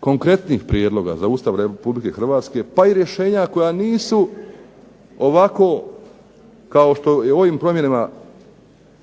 konkretnijih prijedloga za Ustav Republike Hrvatske, pa i rješenja koja nisu ovako kao što je ovim promjenama